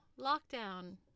Lockdown